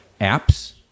apps